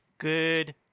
Good